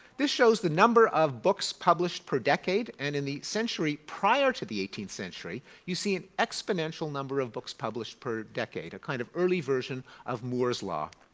this shows the number of books published per decade. and in the century prior to the eighteenth century you see an exponential number of books published per decade, a kinda kind of early version of moore's law.